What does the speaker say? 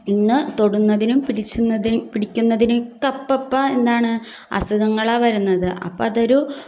ഇന്ന് തൊടുന്നതിനും പിടിക്കുന്നതിനും പിടിക്കുന്നതിനൊക്കെ അപ്പപ്പോൾ എന്താണ് അസുഖങ്ങളാണ് വരുന്നത് അപ്പോൾ അതൊരു